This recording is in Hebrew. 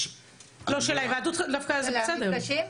של ההיוועדות דווקא זה בסדר.